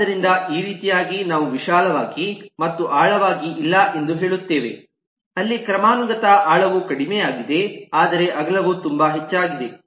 ಆದ್ದರಿಂದ ಈ ರೀತಿಯಾಗಿ ನಾವು ವಿಶಾಲವಾಗಿ ಮತ್ತು ಆಳವಾಗಿ ಇಲ್ಲ ಎಂದು ಹೇಳುತ್ತೇವೆ ಅಲ್ಲಿ ಕ್ರಮಾನುಗತ ಆಳವು ಕಡಿಮೆಯಾಗಿದೆ ಆದರೆ ಅಗಲವು ತುಂಬಾ ಹೆಚ್ಚಾಗಿದೆ